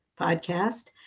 podcast